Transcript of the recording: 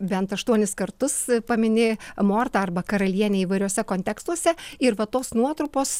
bent aštuonis kartus paminė mortą arba karalienę įvairiuose kontekstuose ir va tos nuotrupos